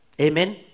Amen